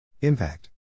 Impact